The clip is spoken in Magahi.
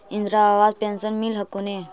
इन्द्रा आवास पेन्शन मिल हको ने?